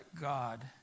God